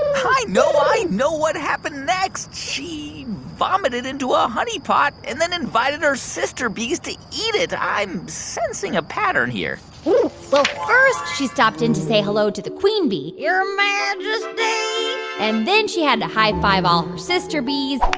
i know. i know what happened next. she vomited into a honey pot and then invited her sister bees to eat it. i'm sensing a pattern here well, first, she stopped in to say hello to the queen bee your majesty and then she had to high-five all her sister bees